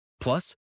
Plus